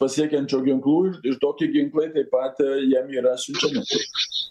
pasiekiančių ginklų ir ir tokie ginklai taip pat jiem yra siunčiami